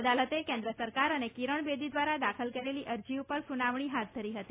અદાલતે કેન્દ્ર સરકાર અને કિરણ બેદી દ્વારા દાખલ કરેલી અરજી પર સુનાવણી હાથ ધરી હતી